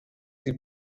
sie